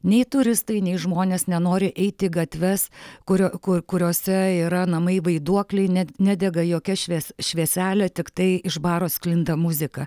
nei turistai nei žmonės nenori eiti į gatves kurio kur kuriose yra namai vaiduokliai net nedega jokia švies švieselė tiktai iš baro sklinda muzika